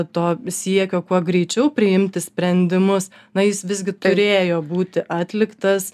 to siekio kuo greičiau priimti sprendimus na jis visgi turėjo būti atliktas